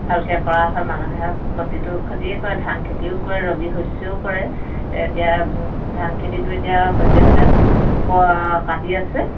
ভালকৈ কৰা হয় মানুহে প্ৰতিটো খেতিয়ে কৰে ধান খেতিও কৰে ৰবি শস্যও কৰে এতিয়া ধান খেতিটো এতিয়া সদ্যহতে ক কাটি আছে